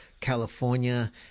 California